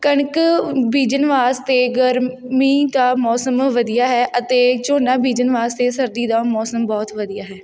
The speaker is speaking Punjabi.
ਕਣਕ ਬੀਜਣ ਵਾਸਤੇ ਗਰਮੀ ਦਾ ਮੌਸਮ ਵਧੀਆ ਹੈ ਅਤੇ ਝੋਨਾ ਬੀਜਣ ਵਾਸਤੇ ਸਰਦੀ ਦਾ ਮੌਸਮ ਬਹੁਤ ਵਧੀਆ ਹੈ